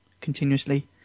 continuously